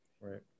Right